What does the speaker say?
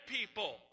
people